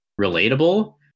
relatable